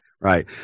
right